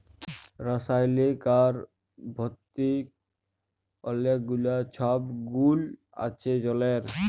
রাসায়লিক আর ভতিক অলেক গুলা ছব গুল আছে জলের